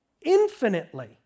Infinitely